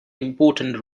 important